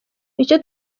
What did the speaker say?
icyo